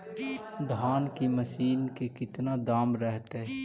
धान की मशीन के कितना दाम रहतय?